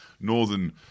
northern